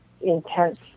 intense